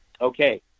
Okay